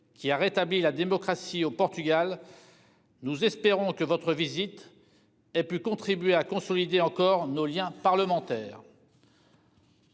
qui a rétabli la démocratie au Portugal. Nous espérons que votre visite ait pu contribuer à consolider encore nos liens parlementaire.